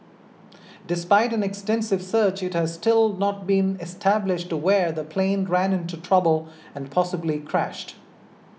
despite an extensive search it has still not been established where the plane ran into trouble and possibly crashed